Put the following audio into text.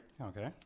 okay